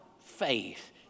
faith